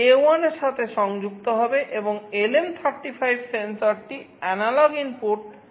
এর সাথে সংযুক্ত হবে এবং LM35 সেন্সরটি অ্যানালগ ইনপুট A0 এর সাথে সংযুক্ত হবে